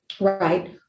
right